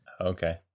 Okay